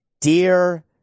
Dear